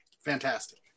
Fantastic